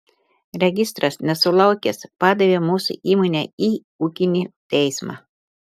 registras nesulaukęs padavė mūsų įmonę į ūkinį teismą